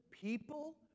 people